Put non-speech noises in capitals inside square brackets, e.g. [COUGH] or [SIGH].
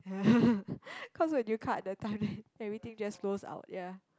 [LAUGHS] cause when you cut that time right everything just flows out ya